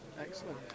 Excellent